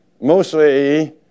mostly